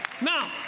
Now